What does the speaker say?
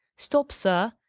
stop, sir!